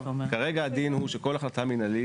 עורכי הדין של המוקד להגנת